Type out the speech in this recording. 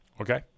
Okay